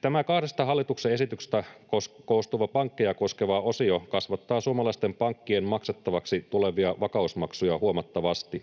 Tämä kahdesta hallituksen esityksestä koostuva pankkeja koskeva osio kasvattaa suomalaisten pankkien maksettavaksi tulevia vakausmaksuja huomattavasti.